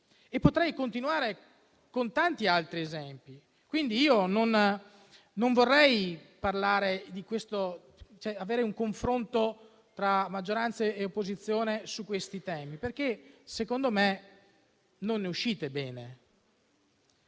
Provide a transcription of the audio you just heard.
Potrei continuare con tanti altri esempi. Quindi, io non vorrei parlare di questo, cioè avere un confronto tra maggioranza e opposizione su questi temi, perché secondo me non ne uscite bene.